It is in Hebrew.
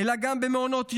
אלא גם במעונות יום,